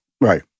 right